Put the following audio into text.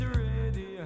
ready